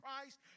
Christ